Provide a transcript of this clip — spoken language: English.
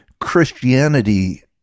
Christianity